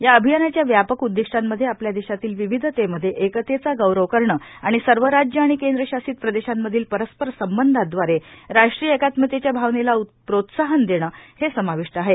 या अभियानाच्या व्यापक उद्दीष्टांमध्ये आपल्या देशातील विविधतमध्ये एकतेचा गौरव करणे आणि सर्व राज्ये आणि केंद्रशासित प्रदेशांमधील परस्पर संबंधादवारे राष्ट्रीय एकात्मतेच्या भावनेला प्रोत्साहन देणे हे समाविष्ट आहे